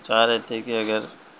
چاہ رہے تھے کہ اگر